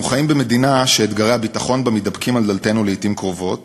אנחנו חיים במדינה שאתגרי הביטחון בה מידפקים על דלתנו לעתים קרובות,